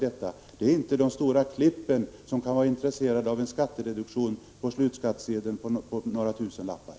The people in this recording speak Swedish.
Det är inte de som gör de stora klippen som kan vara intresserade av en skattereduktion på några tusenlappar på den slutliga skattsedeln.